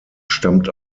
stammt